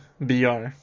BR